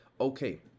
Okay